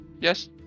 Yes